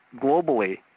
globally